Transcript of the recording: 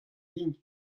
din